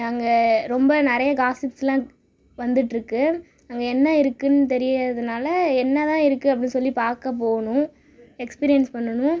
அங்கே ரொம்ப நிறைய காசிப்ஸ்லாம் வந்துட்டுருக்கு இருக்குது அங்கே என்ன இருக்குதுனு தெரியாததுனால் என்ன தான் இருக்குது அப்படினு சொல்லி பார்க்க போகணும் எக்ஸ்பிரியன்ஸ் பண்ணனும்